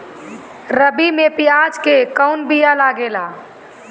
रबी में प्याज के कौन बीया लागेला?